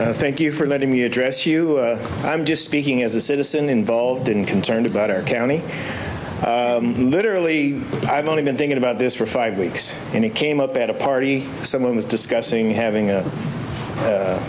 i thank you for letting me address you i'm just speaking as a citizen involved in concerned about our county literally i've only been thinking about this for five weeks and it came up at a party someone was discussing having